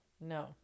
No